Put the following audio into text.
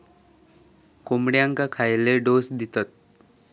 कोंबड्यांक खयले डोस दितत?